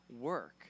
work